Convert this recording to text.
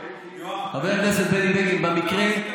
חבר הכנסת בני בגין, במקרה, יואב,